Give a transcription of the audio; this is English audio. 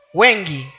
wengi